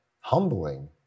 humbling